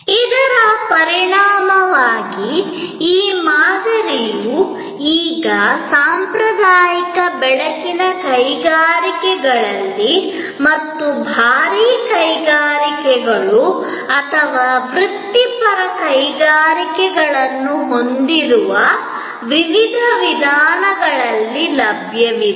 ಇದರ ಪರಿಣಾಮವಾಗಿ ಈ ಮಾದರಿಯು ಈಗ ಸಾಂಪ್ರದಾಯಿಕ ಬೆಳಕಿನ ಕೈಗಾರಿಕೆಗಳಲ್ಲಿ ಮತ್ತು ಭಾರೀ ಕೈಗಾರಿಕೆಗಳು ಅಥವಾ ವೃತ್ತಿಪರ ಕೈಗಾರಿಕೆಗಳನ್ನು ಹೊಂದಿರುವ ವಿವಿಧ ವಿಧಾನಗಳಲ್ಲಿ ಲಭ್ಯವಿದೆ